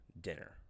dinner